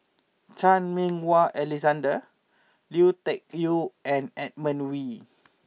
Chan Meng Wah Alexander Lui Tuck Yew and Edmund Wee